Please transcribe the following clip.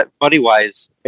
money-wise